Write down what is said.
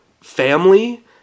family